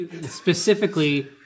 Specifically